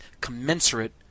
commensurate